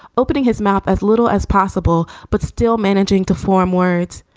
opening his mouth as little as possible, but still managing to form words.